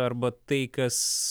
arba tai kas